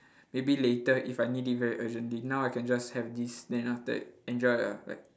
maybe later if I need it very urgently now I can just have this then after that enjoy ah like